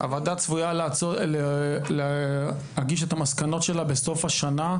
הוועדה צפויה להגיש את המסקנות שלה בסוף השנה,